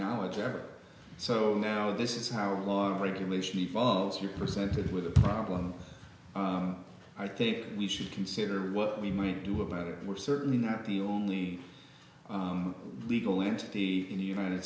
knowledge ever so now this is how a lot of accumulation evolves you're presented with a problem i think we should consider what we might do about it we're certainly not the only legal entity in the united